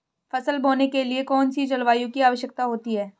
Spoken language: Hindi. फसल बोने के लिए कौन सी जलवायु की आवश्यकता होती है?